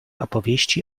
opowieści